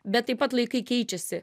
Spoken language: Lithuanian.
bet taip pat laikai keičiasi